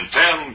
ten